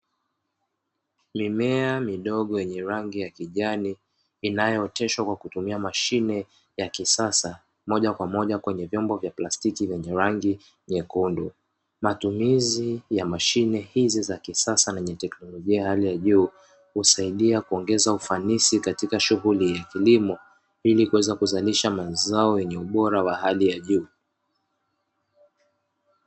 Mimea midogo yenye rangi ya kijani inayooteshwa kwa kutumia mashine ya kisasa moja kwa moja kwenye vyombo vya plastiki vyenye rangi nyekundu matumizi ya mashine hizi za kisasa zenye teknolojia ya hali ya juu husaidia kuongeza ufanisi katika shughuli ya kilimo ili kuweza kuzalisha mazao yenye ubora wa hali ya juu.